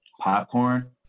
Popcorn